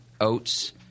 oats